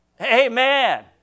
Amen